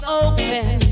open